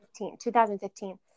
2015